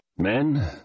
Men